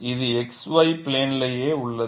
இது x y plane லேயே உள்ளது